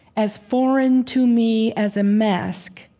as foreign to me as a mask,